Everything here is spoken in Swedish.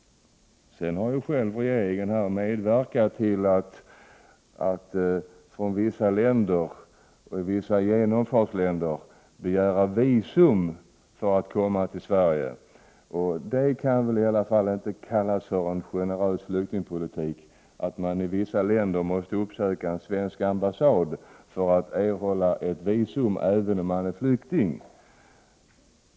Dessutom har regeringen själv medverkat till att man i vissa genomfartsländer måste begära visum för att komma till Sverige. Det kan väl i alla fall inte kallas för en generös flyktingpolitik, att man i vissa länder måste uppsöka en svensk ambassad för att erhålla ett visum även om man är flykting.